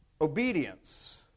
obedience